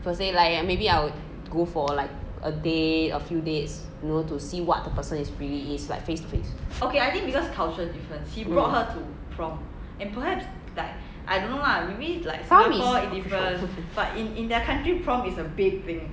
per se like maybe I'll go for like a date a few dates no to see what the person really is like face to face some is